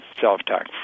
self-talk